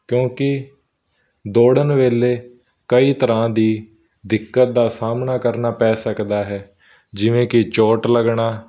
ਕਿਉਂਕਿ ਦੌੜਨ ਵੇਲੇ ਕਈ ਤਰ੍ਹਾਂ ਦੀ ਦਿੱਕਤ ਦਾ ਸਾਹਮਣਾ ਕਰਨਾ ਪੈ ਸਕਦਾ ਹੈ ਜਿਵੇਂ ਕਿ ਚੋਟ ਲੱਗਣਾ